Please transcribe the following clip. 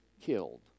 killed